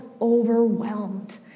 overwhelmed